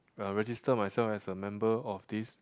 uh register myself as a member of this